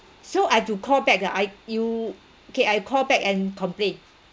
so I've to call back ah I you okay I call back and complain